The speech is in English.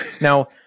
Now